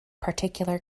particular